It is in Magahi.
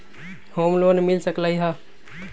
होम लोन मिल सकलइ ह?